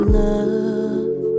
love